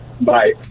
Bye